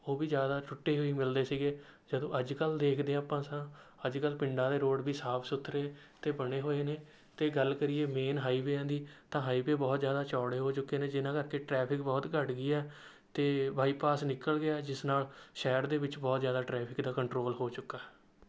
ਉਹ ਵੀ ਜ਼ਿਆਦਾ ਟੁੱਟੇ ਹੋਏ ਮਿਲਦੇ ਸੀਗੇ ਜਦੋਂ ਅੱਜ ਕੱਲ੍ਹ ਦੇਖਦੇ ਹਾਂ ਆਪਾਂ ਅੱਜ ਕੱਲ੍ਹ ਪਿੰਡਾਂ ਦੇ ਰੋਡ ਵੀ ਸਾਫ ਸੁਥਰੇ ਅਤੇ ਬਣੇ ਹੋਏ ਨੇ ਅਤੇ ਗੱਲ ਕਰੀਏ ਮੇਨ ਹਾਈਵਿਆਂ ਦੀ ਤਾਂ ਹਾਈਵੇਅ ਬਹੁਤ ਜ਼ਿਆਦਾ ਚੌੜੇ ਹੋ ਚੁੱਕੇ ਨੇ ਜਿਹਨਾਂ ਕਰਕੇ ਟਰੈਫਿਕ ਬਹੁਤ ਘੱਟ ਗਈ ਹੈ ਅਤੇ ਬਾਈਪਾਸ ਨਿਕਲ ਗਿਆ ਜਿਸ ਨਾਲ ਸ਼ਹਿਰ ਦੇ ਵਿੱਚ ਬਹੁਤ ਜ਼ਿਆਦਾ ਟਰੈਫਿਕ ਦਾ ਕੰਟਰੋਲ ਹੋ ਚੁੱਕਾ